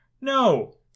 No